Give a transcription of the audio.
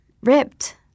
Ripped